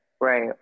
Right